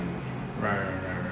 right right right right